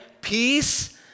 peace